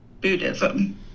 Buddhism